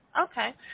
Okay